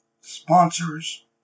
sponsors